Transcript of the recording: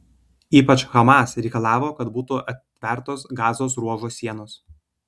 ypač hamas reikalavo kad būtų atvertos gazos ruožo sienos